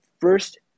first